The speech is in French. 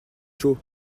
chaud